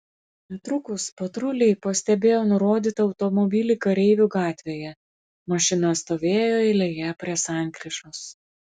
netrukus patruliai pastebėjo nurodytą automobilį kareivių gatvėje mašina stovėjo eilėje prie sankryžos